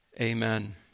Amen